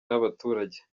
n’abaturage